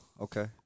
Okay